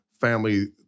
family